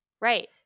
Right